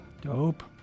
dope